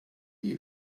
you